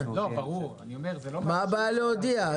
מה הבעיה להודיע?